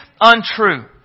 untrue